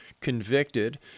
convicted